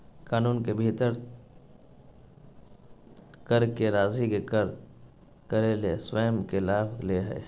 कानून के भीतर कर के राशि के कम करे ले स्वयं के लाभ ले हइ